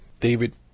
David